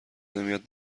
نمیاد